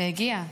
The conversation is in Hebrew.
זה הגיע.